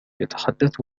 يتحدث